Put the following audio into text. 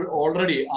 already